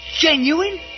genuine